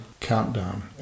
countdown